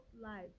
life